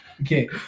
Okay